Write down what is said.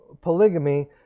polygamy